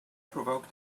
provoked